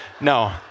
No